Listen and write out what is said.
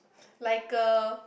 like a